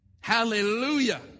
Hallelujah